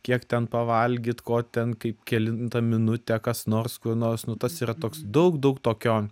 kiek ten pavalgyt ko ten kaip kelintą minutę kas nors kur nors nu tas yra toks daug daug tokio